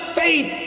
faith